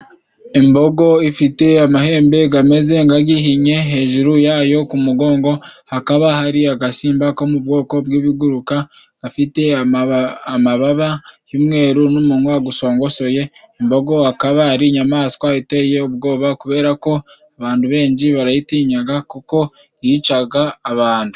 Imbogo ifite amahembe gameze nkagihinnye, hejuru yayo ku mugongo hakaba hari agasimba ko mu bwoko bw'ibiguruka gafite amababa y'umweru n'umunwa gusongosoye .Imbogokaba ari inyamaswa iteye ubwoba kubera ko abantu benshi barayitinyaga kuko yicaga abantu.